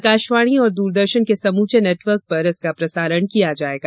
आकाशवाणी और दूरदर्शन के समूचे नेटवर्क पर इसका प्रसारण किया जायेगा